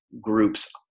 groups